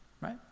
Right